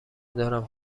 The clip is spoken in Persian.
دارم